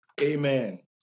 amen